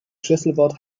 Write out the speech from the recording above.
schlüsselwort